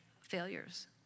failures